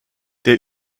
der